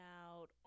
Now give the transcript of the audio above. out